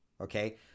Okay